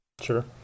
Sure